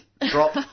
drop